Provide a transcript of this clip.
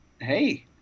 hey